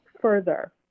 further